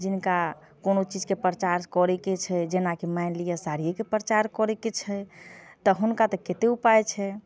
जिनका कोनो चीजके प्रचार करैके छै जेना कि मानि लिअऽ साड़िएके प्रचार करैके छै तऽ हुनका तऽ कतेक उपाय छै